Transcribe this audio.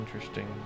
interesting